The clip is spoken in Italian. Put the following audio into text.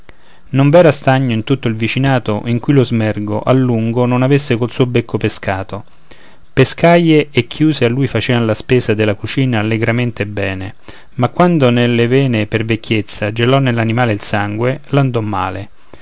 smergo non v'era stagno in tutto il vicinato in cui lo smergo a lungo non avesse col suo becco pescato pescaie e chiuse a lui facean la spesa della cucina allegramente bene ma quando nelle vene per vecchiezza gelò nell'animale il sangue l'andò male